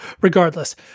regardless